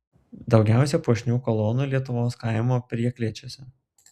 daugiausia puošnių kolonų lietuvos kaimo prieklėčiuose